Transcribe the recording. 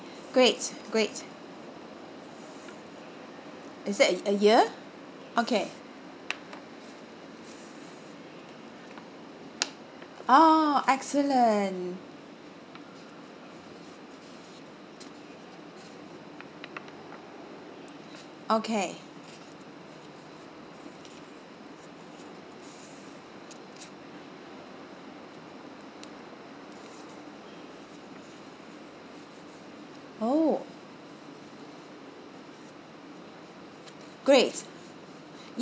great great is that a year okay oh excellent okay oh great